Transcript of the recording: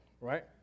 right